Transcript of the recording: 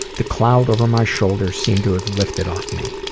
the cloud over my shoulder seemed to have lifted off me.